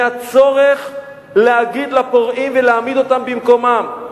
מהצורך להגיד לפורעים ולהעמיד אותם במקומם.